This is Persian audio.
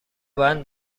بند